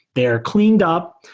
they are cleaned up.